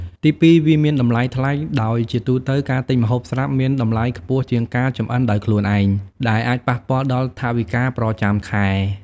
ទីពីរ វាមានតម្លៃថ្លៃ ដោយជាទូទៅការទិញម្ហូបស្រាប់មានតម្លៃខ្ពស់ជាងការចម្អិនដោយខ្លួនឯង ដែលអាចប៉ះពាល់ដល់ថវិកាប្រចាំខែ។